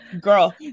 Girl